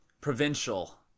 Provincial